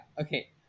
okay